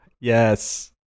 yes